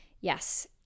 yes